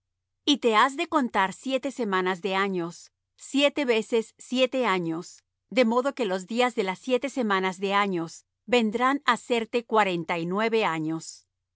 y te has de contar siete semanas de años siete veces siete años de modo que los días de las siete semanas de años vendrán á serte cuarenta y nueve años